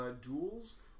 duels